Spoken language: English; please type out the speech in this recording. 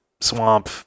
swamp